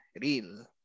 real